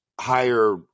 higher